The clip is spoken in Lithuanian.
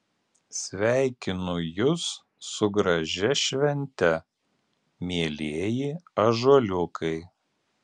sveikinu jus su gražia švente mielieji ąžuoliukai